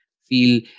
feel